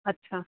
ਅੱਛਾ